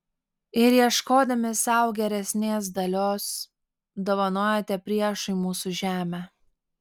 ir ieškodami sau geresnės dalios dovanojote priešui mūsų žemę